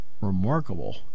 Remarkable